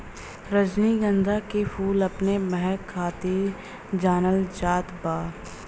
रजनीगंधा के फूल अपने महक खातिर जानल जात बा